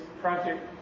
project